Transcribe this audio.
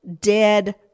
dead